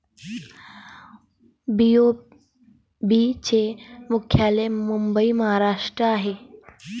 BOB चे मुख्यालय मुंबई महाराष्ट्रात आहे